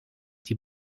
die